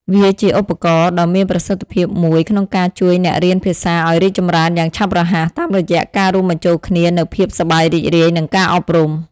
វាជាឧបករណ៍ដ៏មានប្រសិទ្ធភាពមួយក្នុងការជួយអ្នករៀនភាសាឲ្យរីកចម្រើនយ៉ាងឆាប់រហ័ស តាមរយៈការរួមបញ្ចូលគ្នានូវភាពសប្បាយរីករាយ និងការអប់រំ។